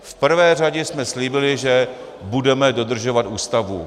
V prvé řadě jsme slíbili, že budeme dodržovat Ústavu.